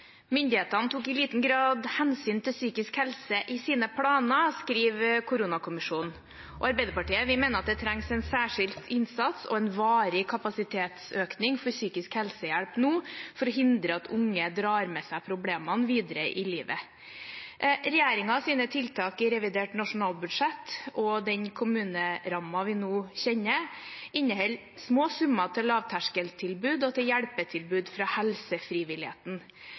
Myndighetene tok i liten grad hensyn til psykisk helse i sine planer, skriver koronakommisjonen. Vi i Arbeiderpartiet mener det trengs en særskilt innsats og en varig kapasitetsøkning for psykisk helsehjelp nå for å hindre at unge drar med seg problemene videre i livet. Regjeringens tiltak i revidert nasjonalbudsjett og den kommunerammen vi nå kjenner, inneholder små summer til lavterskeltilbud og til hjelpetilbud fra